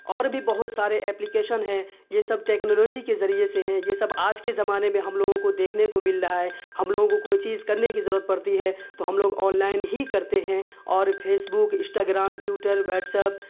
اور بھی بہت سارے اپلیکیشن ہیں یہ سب ٹیکنالاجی کے ذریعے سے ہیں یہ سب آج کے زمانے میں ہم لوگوں کو دیکھنے کو مل رہا ہے ہم لوگوں کو کوئی چیز کرنے کی ضرورت پڑتی ہے تو ہم لوگ آن لائن ہی کرتے ہیں اور Facebook Instagram Twitter what's up